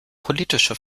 politische